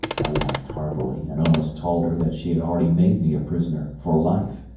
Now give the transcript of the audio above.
i laughed heartily and almost told her that she had already made me a prisoner for life,